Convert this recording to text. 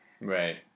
Right